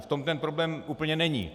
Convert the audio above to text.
V tom ten problém úplně není.